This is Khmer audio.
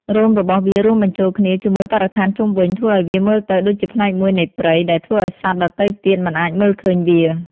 រោមរបស់វារួមបញ្ចូលគ្នាជាមួយបរិស្ថានជុំវិញ ធ្វើឲ្យវាមើលទៅដូចជាផ្នែកមួយនៃព្រៃ ដែលធ្វើឲ្យសត្វដទៃទៀតមិនអាចមើលឃើញវា។